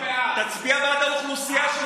תצביע בעד האוכלוסייה שלך.